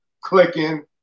clicking